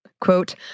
Quote